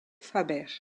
faber